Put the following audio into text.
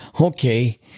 okay